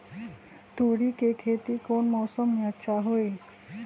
तोड़ी के खेती कौन मौसम में अच्छा होई?